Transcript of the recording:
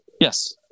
Yes